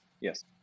Yes